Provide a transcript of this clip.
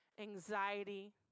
anxiety